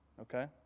Okay